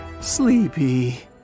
sleepy